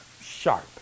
sharp